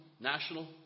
national